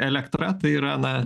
elektra tai yra na